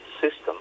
system